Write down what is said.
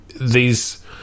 These-